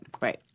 Right